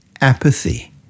apathy